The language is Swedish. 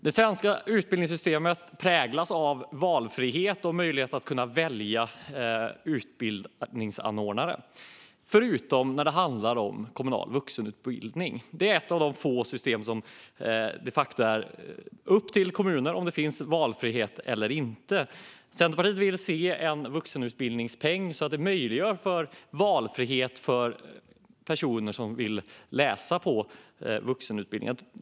Det svenska utbildningssystemet präglas av valfrihet och möjligheten att kunna välja utbildningsanordnare - förutom när det handlar om kommunal vuxenutbildning. Det är ett av de få system som det de facto är upp till kommuner att avgöra om det ska finnas valfrihet i eller inte. Centerpartiet vill se en vuxenutbildningspeng så att valfrihet möjliggörs för personer som vill läsa på vuxenutbildningen.